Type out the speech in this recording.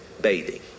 bathing